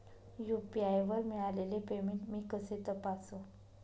UPI वर मिळालेले payment मी कसे तपासू?